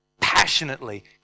passionately